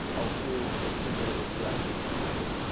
oh, here's here's what it would be like to be you.